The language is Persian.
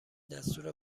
دستور